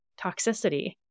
toxicity